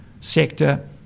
sector